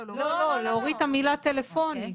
לא, לא, להוריד את המילה טלפוני.